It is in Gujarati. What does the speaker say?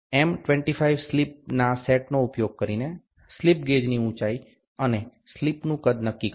M25 સ્લિપના સેટનો ઉપયોગ કરીને સ્લિપ ગેજની ઉંચાઇ અને સ્લિપનું કદ નક્કી કરો